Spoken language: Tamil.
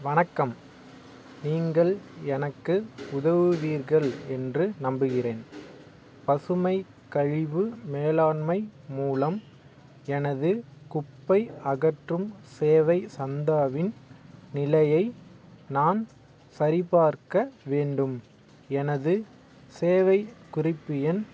வணக்கம் நீங்கள் எனக்கு உதவுவீர்கள் என்று நம்புகிறேன் பசுமை கழிவு மேலாண்மை மூலம் எனது குப்பை அகற்றும் சேவை சந்தாவின் நிலையை நான் சரிபார்க்க வேண்டும் எனது சேவை குறிப்பு எண்